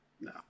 No